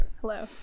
Hello